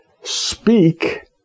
speak